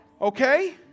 Okay